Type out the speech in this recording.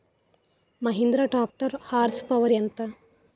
Mahindra tractor horse power ఎంత?